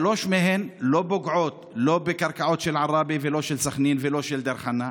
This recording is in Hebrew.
ושלוש מהן לא פוגעות בקרקעות של עראבה ולא של סח'נין ולא של דיר חנא.